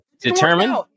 determined